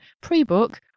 Pre-book